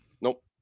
Nope